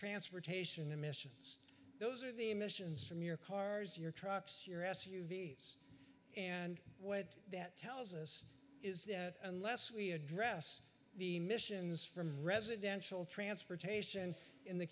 transportation emissions those are the emissions from your cars your trucks your ass uvas and what that tells us is that unless we address the missions from residential transportation in the